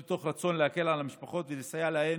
מתוך רצון להקל על המשפחות ולסייע להן,